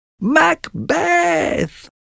Macbeth